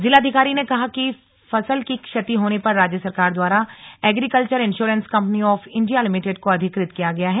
जिलाधिकारी ने कहा कि फसल की क्षति होने पर राज्य सरकार द्वारा agriculture insurance company of India limited को अधिकृत किया गया है